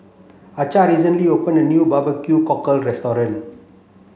Archer recently opened a new barbecue cockle restaurant